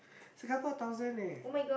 Singapore thousand eh